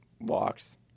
walks